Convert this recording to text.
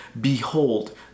behold